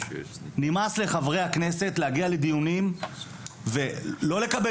נמאס לחברי הכנסת להגיע לדיונים ולא לקבל